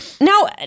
Now